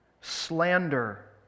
slander